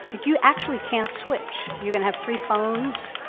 like, you actually can't switch. you can have three phones?